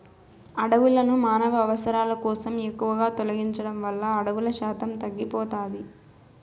అడవులను మానవ అవసరాల కోసం ఎక్కువగా తొలగించడం వల్ల అడవుల శాతం తగ్గిపోతాది